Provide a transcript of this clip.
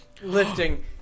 lifting